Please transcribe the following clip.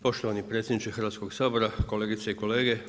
Poštovani predsjedniče Hrvatskog sabora, kolegice i kolege.